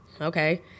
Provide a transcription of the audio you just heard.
okay